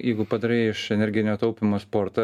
jeigu padarai iš energinio taupymo sportą